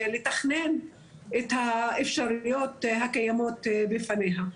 לתכנן את האפשרויות הקיימות בפניה.